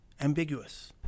Ambiguous